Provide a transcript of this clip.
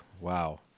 Wow